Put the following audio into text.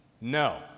No